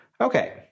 Okay